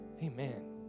Amen